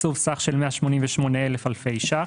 תקצוב סך של 188,000 אלפי ₪.